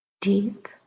deep